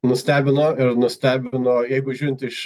nustebino ir nustebino jeigu žiūrint iš